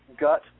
gut